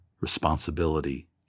responsibility